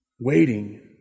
waiting